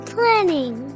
Planning